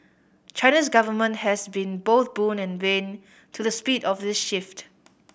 China's government has been both boon and bane to the speed of the shift